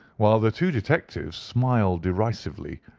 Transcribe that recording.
while the two detectives smiled derisively,